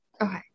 okay